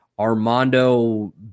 Armando